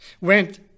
went